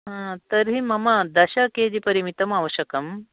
तर्हि मम दश के जी परिमितम् आवश्यकम्